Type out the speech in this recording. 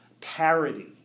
parody